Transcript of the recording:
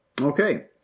okay